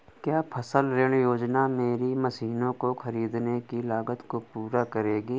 क्या फसल ऋण योजना मेरी मशीनों को ख़रीदने की लागत को पूरा करेगी?